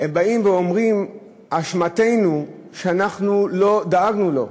הם באים ואומרים: אשמתנו שאנחנו לא דאגנו לו,